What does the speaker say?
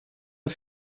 der